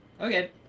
okay